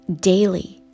daily